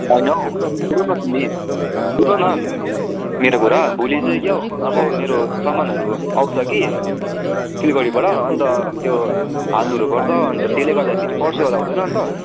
होइन हौ सुन्नुहोस् न फेरि सुन्नु न मेरो कुरा भोलि चाहिँ क्याउ अब मेरो सामानहरू आउँछ कि सिलगढीबाट अन्त त्यो हाल्नुहरू पर्छ अन्त त्यसले गर्दाखेरि पर्सि आउँदा हुँदैन अन्त